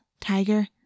tiger